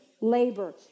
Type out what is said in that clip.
labor